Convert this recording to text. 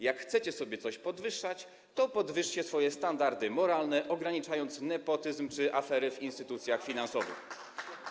Jak chcecie sobie coś podwyższać, to podwyższcie swoje standardy moralne, ograniczając nepotyzm czy afery w instytucjach finansowych.